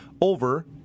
over